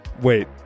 Wait